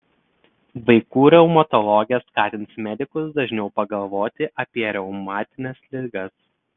vaikų reumatologė skatins medikus dažniau pagalvoti apie reumatines ligas